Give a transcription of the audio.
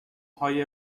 های